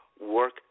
work